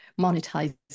Monetize